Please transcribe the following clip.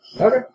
Okay